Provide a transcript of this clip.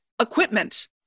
Equipment